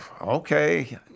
okay